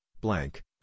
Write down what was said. blank